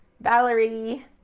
Valerie